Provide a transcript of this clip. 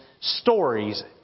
stories